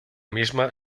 misma